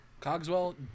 Cogswell